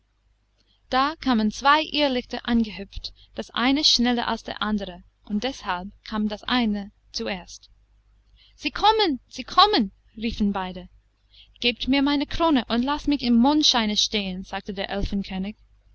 da kamen zwei irrlichter angehüpft das eine schneller als das andere und deshalb kam das eine zuerst sie kommen sie kommen riefen beide gebt mir meine krone und laßt mich im mondscheine stehen sagte der